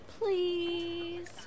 Please